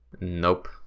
Nope